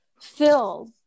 filled